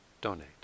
donate